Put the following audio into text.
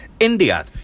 India